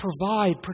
provide